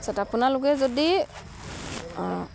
তাৰ পিছত আপোনালোকে যদি অঁ